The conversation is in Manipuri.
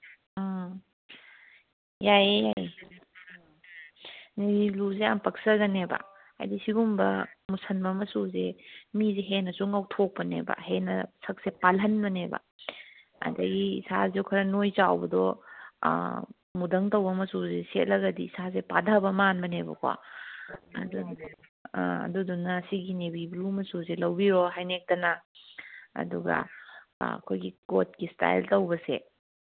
ꯑꯥ ꯌꯥꯏꯌꯦ ꯌꯥꯏꯌꯦ ꯅꯦꯕꯤ ꯕ꯭ꯂꯨꯁꯦ ꯌꯥꯝ ꯄꯛꯆꯒꯅꯦꯕ ꯍꯥꯏꯗꯤ ꯁꯤꯒꯨꯝꯕ ꯃꯨꯁꯟꯕ ꯃꯆꯨꯁꯦ ꯃꯤ ꯍꯦꯟꯅꯁꯨ ꯉꯧꯊꯣꯛꯄꯅꯦꯕ ꯍꯦꯟꯅ ꯁꯛꯁꯦ ꯄꯥꯜꯍꯜꯕꯅꯦꯕ ꯑꯗꯒꯤ ꯏꯁꯥꯁꯨ ꯈꯔ ꯅꯣꯏ ꯆꯥꯎꯕꯗꯣ ꯃꯨꯗꯪ ꯇꯧꯕ ꯃꯆꯨꯁꯦ ꯁꯦꯠꯂꯒꯗꯤ ꯏꯁꯥꯁꯦ ꯄꯥꯗꯕ ꯃꯥꯟꯕꯅꯦꯕꯀꯣ ꯑꯥ ꯑꯗꯨꯗꯨꯅ ꯅꯦꯕꯤ ꯕ꯭ꯂꯨ ꯃꯆꯨꯁꯦ ꯂꯧꯕꯤꯔꯣ ꯍꯥꯏꯅꯦꯛꯇꯅ ꯑꯗꯨꯒ ꯀꯣꯠꯀꯤ ꯏꯁꯇꯥꯏꯜ ꯇꯧꯕꯁꯦ